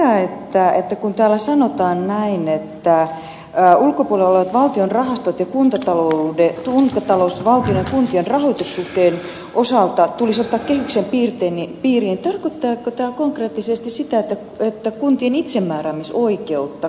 mietin sitä kun täällä sanotaan näin että tulisi ottaa ulkopuolella olevat valtion rahastot ja kuntatalous valtion ja kuntien rahoitussuhteen osalta kehysten piiriin tarkoittaako tämä konkreettisesti sitä että kuntien itsemääräämisoikeutta kavennettaisiin